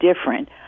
different